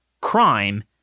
crime